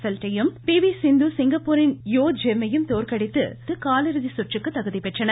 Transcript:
belt ஐயும் பி வி சிந்து சிங்கப்பூரின் Yeo ஜெம்மையும் தோற்கடித்து காலிறுதி சுற்றுக்கு தகுதி பெற்றனர்